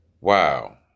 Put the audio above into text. Wow